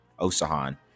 osahan